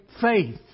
faith